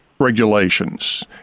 regulations